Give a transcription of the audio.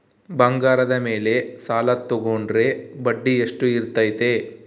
ಬಂಗಾರದ ಮೇಲೆ ಸಾಲ ತೋಗೊಂಡ್ರೆ ಬಡ್ಡಿ ಎಷ್ಟು ಇರ್ತೈತೆ?